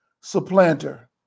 supplanter